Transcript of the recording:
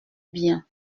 bien